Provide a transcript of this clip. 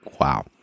wow